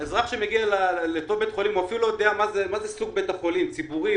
האזרח שמגיע לכל בית חולים אפילו לא יודע איזה סוג בית החולים ציבורי,